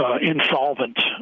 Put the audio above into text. insolvent